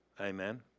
Amen